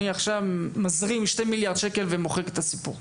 אני מזרים עכשיו 2 מיליארד שקלים ומוחק את הסיפור.